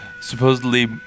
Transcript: supposedly